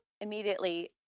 immediately